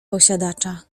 posiadacza